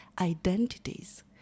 identities